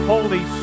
Holy